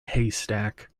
haystack